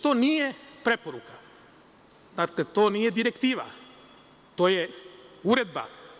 To nije preporuka, to nije direktiva, to je uredba.